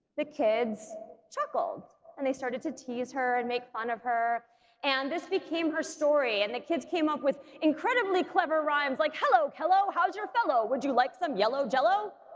the kids chuckled and they started to tease her and make fun of her and this became her story and the kids came up with incredibly clever rhymes like hello kello, how's your fellow, would you like some yellow jello?